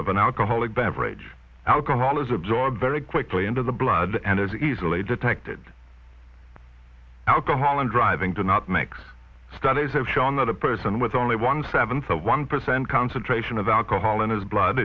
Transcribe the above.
of an alcoholic beverage alcohol is absorbed very quickly into the blood and is easily detected alcohol and driving do not mix studies have shown that a person with only one seventh of one percent concentration of alcohol in his blood